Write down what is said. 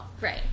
Right